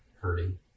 hurting